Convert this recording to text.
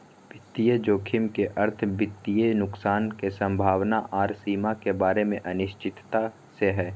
वित्तीय जोखिम के अर्थ वित्तीय नुकसान के संभावना आर सीमा के बारे मे अनिश्चितता से हय